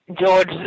George